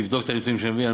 תבדוק את הנתונים שאני מביא.